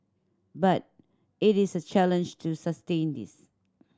but it is a challenge to sustain this